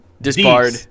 Disbarred